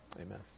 amen